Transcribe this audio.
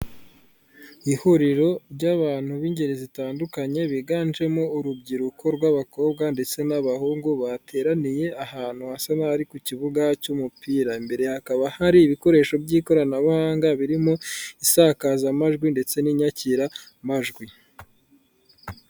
Ihuriro ry'abantu b'ingeri zitandukanye, biganjemo urubyiruko rw'abakobwa ndetse n'abahungu, bateraniye ahantu hasa nk'aho ari ku kibuga cy'umupira. Imbere hakaba hari ibikoresho by'ikoranabuhanga birimo isakazamajwi ndetse n'inyakiramajwi.